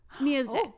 Music